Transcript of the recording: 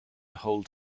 hold